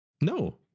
No